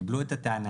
קיבלו את הטענה,